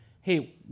hey